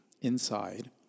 inside